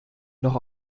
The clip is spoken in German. noch